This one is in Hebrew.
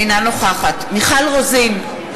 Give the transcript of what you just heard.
אינה נוכחת מיכל רוזין,